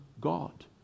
God